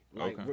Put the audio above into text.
Okay